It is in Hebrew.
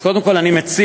אז קודם כול אני מציע,